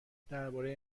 درباره